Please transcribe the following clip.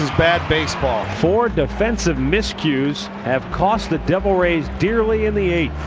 bad baseball. four defensive miscues have cost the devil rays dearly in the eighth.